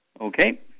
Okay